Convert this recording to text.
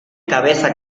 cabeza